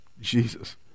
Jesus